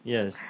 Yes